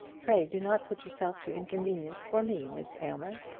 pray do not put yourself to inconvenience for me, miss aylmer.